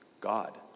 God